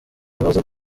bibazo